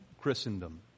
Christendom